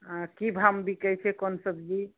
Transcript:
आ की भावमे बिकै छै कोन सब्जी